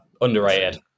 Underrated